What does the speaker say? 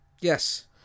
Yes